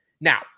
Now